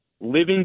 living